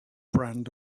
brand